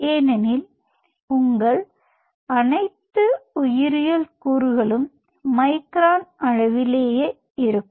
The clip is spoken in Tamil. ஏனெனில் உங்கள் அனைத்து உயிரியல்கூறுகளும் மைக்ரான் அளவிலேயே இருக்கும்